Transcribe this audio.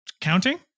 Counting